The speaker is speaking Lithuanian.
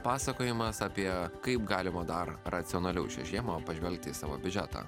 pasakojimas apie kaip galima dar racionaliau šią žiemą pažvelgti į savo biudžetą